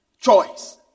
choice